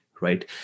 right